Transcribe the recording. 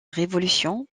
révolution